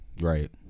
Right